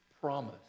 promise